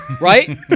Right